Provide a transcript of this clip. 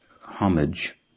homage